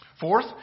Fourth